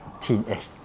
teenage